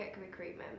Recruitment